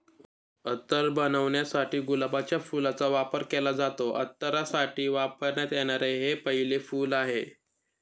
अत्तर बनवण्यासाठी गुलाबाच्या फुलाचा वापर केला जातो, अत्तरासाठी वापरण्यात येणारे हे पहिले फूल आहे